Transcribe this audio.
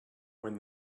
when